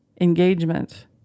engagement